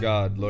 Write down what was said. God